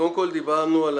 קודם כל, דיברנו על